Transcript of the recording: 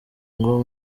ngo